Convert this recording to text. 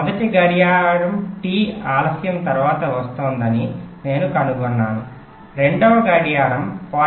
మొదటి గడియారం T ఆలస్యం తర్వాత వస్తోందని నేను కనుగొన్నాను రెండవ గడియారం 0